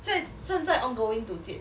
在正在 ongoing to 建